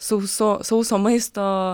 sauso sauso maisto